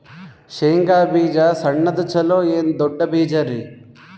ಶೇಂಗಾ ಬೀಜ ಸಣ್ಣದು ಚಲೋ ಏನ್ ದೊಡ್ಡ ಬೀಜರಿ?